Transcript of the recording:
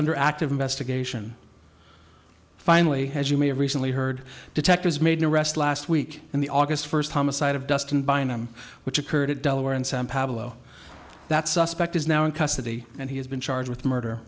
under active investigation finally as you may have recently heard detectives made an arrest last week in the august first homicide of dust and bind them which occurred at delaware and san paolo that suspect is now in custody and he's been charged with murder